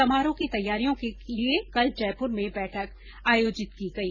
समारोह की तैयारियों के लिए कल जयपुर में बैठक आयोजित की गई